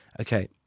Okay